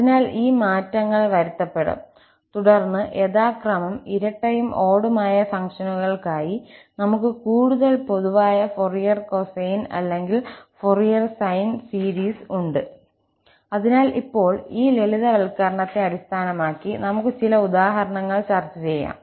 അതിനാൽ ഈ മാറ്റങ്ങൾ വരുത്തപ്പെടും തുടർന്ന് യഥാക്രമം ഇരട്ടയും ഓടുമായ ഫംഗ്ഷനുകൾ ക്കായി നമുക് കൂടുതൽ പൊതുവായ ഫൊറിയർ കൊസൈൻ അല്ലെങ്കിൽ ഫൊറിയർ സൈൻ സീരീസ് ഉണ്ട് അതിനാൽ ഇപ്പോൾ ഈ ലളിതവൽക്കരണത്തെ അടിസ്ഥാനമാക്കി നമുക്ക് ചില ഉദാഹരണങ്ങൾ ചർച്ച ചെയ്യാം